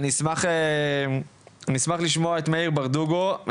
אני אשמח לשמוע את מאיר ברדוגו,